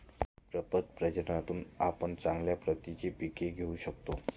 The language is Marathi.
प्रपद प्रजननातून आपण चांगल्या प्रतीची पिके घेऊ शकतो